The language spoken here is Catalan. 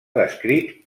descrit